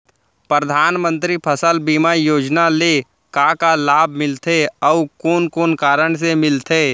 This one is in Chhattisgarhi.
परधानमंतरी फसल बीमा योजना ले का का लाभ मिलथे अऊ कोन कोन कारण से मिलथे?